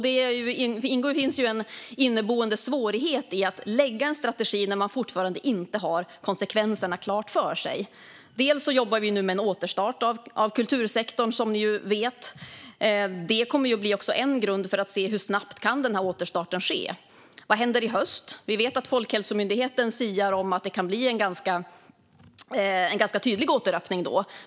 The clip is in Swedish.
Det finns en inneboende svårighet i att skapa en strategi när man fortfarande inte har konsekvenserna klara för sig. Som ni vet jobbar vi med en återstart av kultursektorn, och det här kommer att bli en grund för att se hur snabbt denna återstart kan ske. Vad händer i höst? Folkhälsomyndigheten siar om att det kan bli en ganska tydlig återöppning.